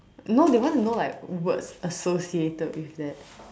no they want to know like words associated with that